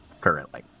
currently